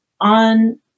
on